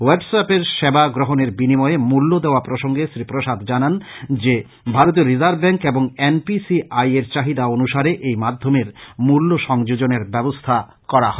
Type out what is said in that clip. হোয়াটস অ্যাপের সেবা গ্রহনের বিনিময়ে মুল্য দেওয়া প্রসঙ্গে শ্রী প্রসাদ জানান জে ভারতিয় রিজার্ভ ব্যাস্ক এবং এন পি সি আই র চাহিদা অনুসারে এই মাধ্যমের মূল্য সংযোজনের ব্যবস্থ্যা করা হবে